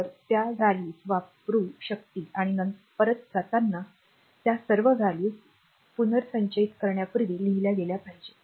तर त्या व्हॅल्यूज वापरू शकतील आणि परत जाताना त्या सर्व व्हॅल्यूस पुनर्संचयित करण्यापूर्वी लिहील्या गेल्या पाहीजेत